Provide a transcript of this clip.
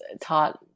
taught